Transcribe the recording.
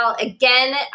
again